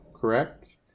correct